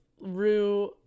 Rue